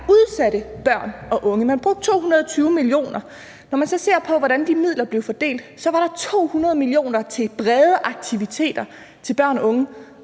udsatte børn og unge. Man brugte 220 mio. kr. Når man så ser på, hvordan de midler blev fordelt, kan man se, at der var 200 mio. kr. til brede aktiviteter til børn og unge